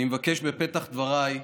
אני מבקש בפתח דבריי,